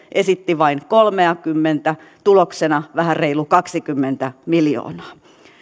esitti vain kolmeakymmentä tuloksena vähän reilu kaksikymmentä miljoonaa